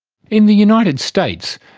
in the united states,